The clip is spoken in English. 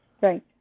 right